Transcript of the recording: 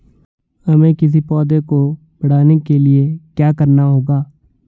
हमें किसी पौधे को बढ़ाने के लिये क्या करना होगा?